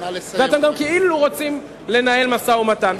ואתם גם כאילו רוצים לנהל משא-ומתן.